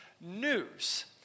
news